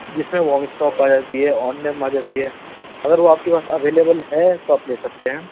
جس میں وامسٹاپ آ جاتی ہے اونڈم آ جاتی ہے اگر وہ آپ کے پاس اویلیبل ہے تو آپ لے سکتے ہیں